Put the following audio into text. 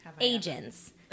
Agents